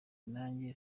nanjye